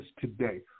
today